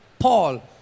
Paul